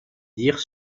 dires